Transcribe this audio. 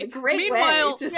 Meanwhile